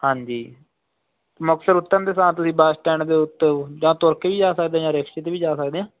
ਹਾਂਜੀ ਮੁਕਤਸਰ ਉਤਰਨ ਦੇ ਸਾਰ ਤੁਸੀਂ ਬਸ ਸਟੈਂਡ ਦੇ ਉੱਤੇ ਜਾ ਤੁਰ ਕੇ ਹੀ ਜਾ ਸਕਦੇ ਜਾਂ ਰਿਕਸ਼ੇ 'ਤੇ ਵੀ ਜਾ ਸਕਦੇ ਹਾਂ